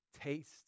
taste